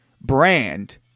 brand